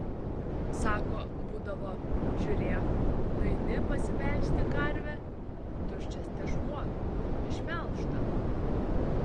sako būdavo žiūrėk nueini pasimelžti karvę tuščias tešmuo išmelžta